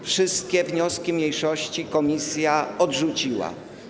Wszystkie wnioski mniejszości komisja odrzuciła.